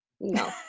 No